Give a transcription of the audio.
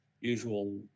usual